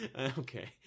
okay